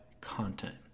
content